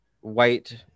white